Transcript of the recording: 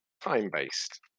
time-based